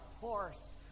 force